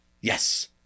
Yes